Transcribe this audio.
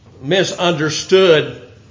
misunderstood